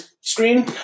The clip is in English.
screen